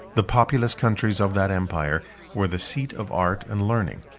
the populous countries of that empire were the seat of art and learning,